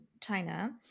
China